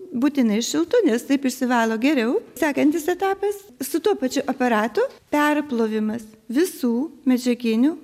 būtinai šiltu nes taip išsivalo geriau sekantis etapas su tuo pačiu aparatu perplovimas visų medžiaginių